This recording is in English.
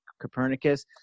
Copernicus